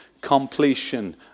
completion